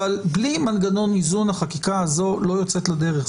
אבל בלי מנגנון איזון, החקיקה הזו לא יוצאת לדרך.